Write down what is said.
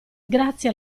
grazie